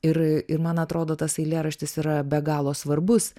ir ir man atrodo tas eilėraštis yra be galo svarbus